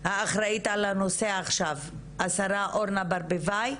האחראית על הנושא עכשיו, השרה אורנה ברביבאי,